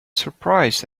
surprised